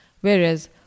whereas